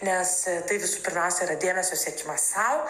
nes tai visų pirmiausia yra dėmesio siekimas sau